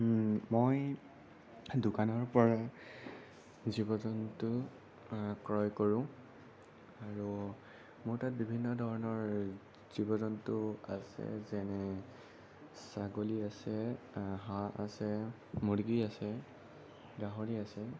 মই দোকানৰ পৰা জীৱ জন্তু ক্ৰয় কৰোঁ আৰু মোৰ তাত বিভিন্ন ধৰণৰ জীৱ জন্তু আছে যেনে ছাগলী আছে হাঁহ আছে মুৰ্গী আছে গাহৰি আছে